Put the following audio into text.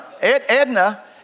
Edna